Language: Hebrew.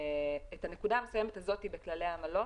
הנקודה המסוימת הזאת בכללי העמלות,